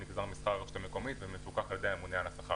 השכר נגזר משכר הרשות המקומית ומפוקח על ידי הממונה על השכר.